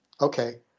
okay